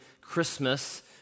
Christmas